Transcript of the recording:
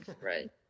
right